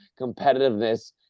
competitiveness